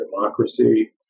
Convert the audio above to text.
democracy